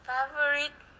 Favorite